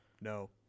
No